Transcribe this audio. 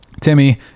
Timmy